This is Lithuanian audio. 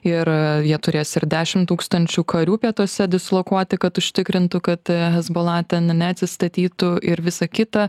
ir jie turės ir dešim tūkstančių karių pietuose dislokuoti kad užtikrintų kad hezbola ten neatsistatytų ir visa kita